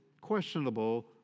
questionable